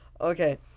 Okay